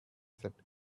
said